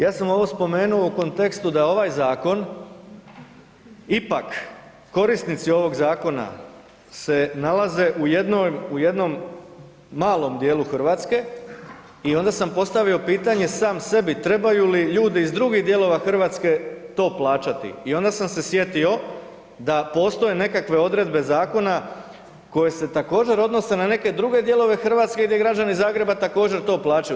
Ja sam ovo spomenuo u kontekstu da ovaj zakon ipak korisnici ovi zakona se nalaze u jednom malom dijelu Hrvatske i onda sam postavio pitanje sam sebi, trebaju li ljudi iz drugih dijelova Hrvatske to plaćati i onda sam se sjetio da postoje nekakve odredbe zakona koje se također, odnose na neke druge dijelove Hrvatske i gdje građani Zagreba također to plaćaju.